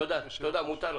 תודה, מותר לך.